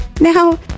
Now